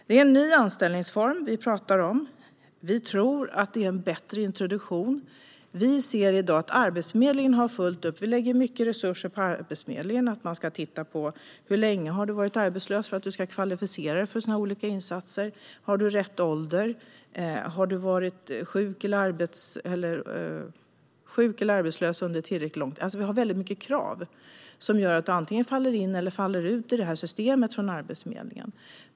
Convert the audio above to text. Det är en ny anställningsform vi talar om. Vi tror att det är en bättre introduktion. Vi ser i dag att Arbetsförmedlingen har fullt upp. Det läggs mycket resurser på Arbetsförmedlingen. De ska titta på hur länge en person har varit arbetslös för att man ska kvalificera sig för olika insatser, om man har rätt ålder, om man har varit sjuk eller arbetslös under tillräckligt lång tid och så vidare. Det är många krav som gör att människor antingen faller in i eller ut ur systemet hos Arbetsförmedlingen.